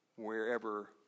wherever